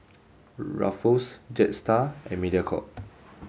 Ruffles Jetstar and Mediacorp